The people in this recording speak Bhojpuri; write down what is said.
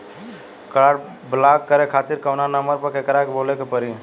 काड ब्लाक करे खातिर कवना नंबर पर केकरा के बोले के परी?